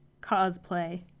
cosplay